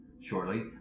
shortly